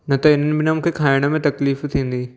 न त हिन में न मूंखे खाइण में तकलीफ़ थींदी